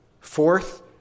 Fourth